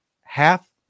half